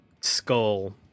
skull